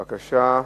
בבקשה,